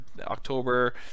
October